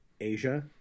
asia